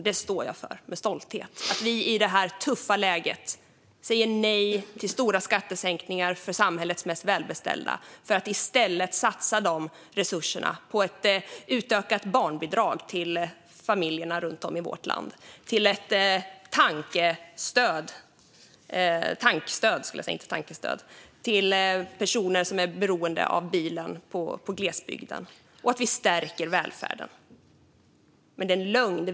Det står jag för, med stolthet. Vi säger i detta tuffa läge nej till stora skattesänkningar för samhällets mest välbeställda för att i stället satsa de resurserna på ett utökat barnbidrag till familjerna runt om i vårt land och till ett tankstöd till personer i glesbygden som är beroende av bil. Vi stärker välfärden.